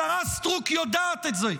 השרה סטרוק יודעת את זה.